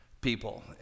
people